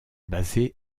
basé